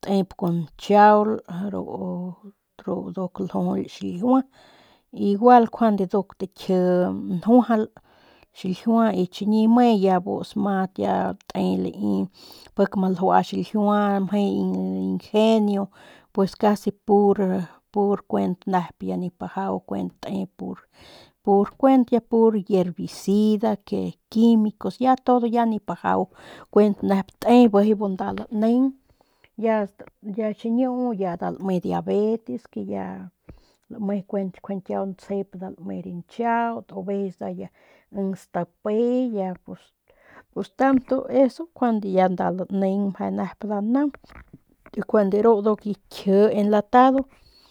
tep kun nchaul ru nduk ljujul xiljua igual nduk takji njuajal xiljua y chiñi me ya bu smadat ya te y lai pik ma ljua xiljua mje ingenio pues casi pur pur kuent ya nip bajau te kuent ya pur yervicida que quimicos ya todo ya nip bajau kuent nep te bijiy bu nda laneng ya xiñuu ya nda lame diabetes que ya nda lamenjuande kiaun nda tsjep nda lame ranchiaut o aveces ya in stape ya pus ya tanto eso njuande ya nda laneng meje nep nda naung juande ru nduk ki kji enlatado.